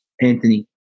Anthony